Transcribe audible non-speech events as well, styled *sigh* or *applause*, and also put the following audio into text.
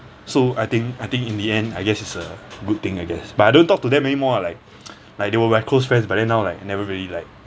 so I think I think in the end I guess it's a good thing I guess but I don't talk to them anymore like *noise* like they were my close friends but then now like never really like